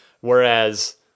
Whereas